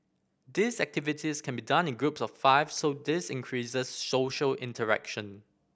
these activities can be done in groups of five so this increases social interaction